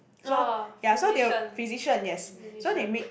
so ya so they were physician yes so they make